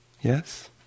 yes